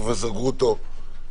פרופ' גרוטו,